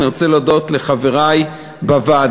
אני רוצה להודות לחברי בוועדה,